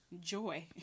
joy